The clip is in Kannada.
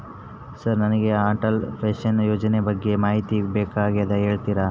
ಸರ್ ನನಗೆ ಅಟಲ್ ಪೆನ್ಶನ್ ಯೋಜನೆ ಬಗ್ಗೆ ಮಾಹಿತಿ ಬೇಕಾಗ್ಯದ ಹೇಳ್ತೇರಾ?